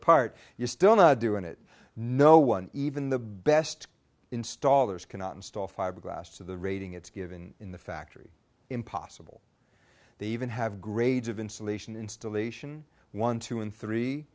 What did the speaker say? apart you're still not doing it no one even the best installers cannot install fiberglass to the rating it's given in the factory impossible they even have grades of insulation installation one two and three